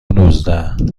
نوزده